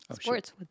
sports